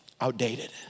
Outdated